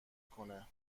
کنه